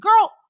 girl